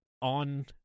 on